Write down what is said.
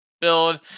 build